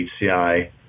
HCI